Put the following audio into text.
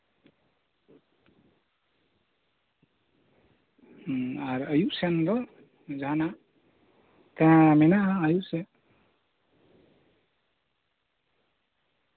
ᱦᱩᱸ ᱟᱨ ᱟᱹᱭᱩᱵ ᱥᱮᱱ ᱫᱚ ᱡᱟᱦᱟᱸᱟᱜ ᱮᱸ ᱢᱮᱱᱟᱜᱼᱟ ᱟᱹᱭᱩᱵ ᱥᱮᱫ